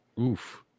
Oof